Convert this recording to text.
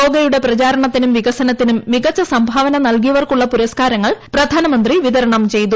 യോഗയുടെ പ്രചാരണത്തിനും വികസനത്തിനും മികച്ച സംഭാവന നൽകിയവർക്കുള്ള പുരസ്കാരങ്ങൾ പ്രധാനമന്ത്രി വിതരണം ചെയ്തു